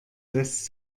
lässt